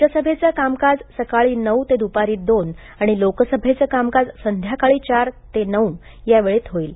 राज्यसभेचं कामकाज सकाळी नऊ ते द्पारी दोन आणि लोकसभेचं कामकाज संध्याकाळी चार ते नऊ या वेळेत होईल